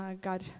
God